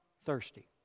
thirsty